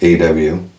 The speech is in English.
AW